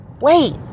Wait